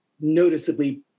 noticeably